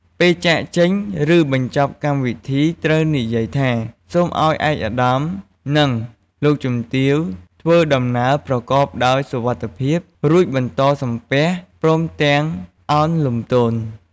ពេលចាកចេញ ឬបញ្ចប់កម្មវិធីត្រូវនិយាយថា សូមឱ្យឯកឧត្តម និង លោកជំទាវ ធ្វើដំណើរប្រកបដោយសុវត្ថិភាព រួចបន្តសំពះ ព្រមទាំងឱនលំទោន។